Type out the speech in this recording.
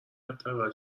حداقل